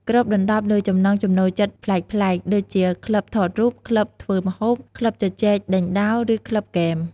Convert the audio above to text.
គ្របដណ្តប់លើចំណង់ចំណូលចិត្តប្លែកៗ ដូចជា ក្លឹបថតរូប ក្លឹបធ្វើម្ហូប ក្លឹបជជែកដេញដោល ឬក្លឹបហ្គេម។